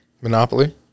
Monopoly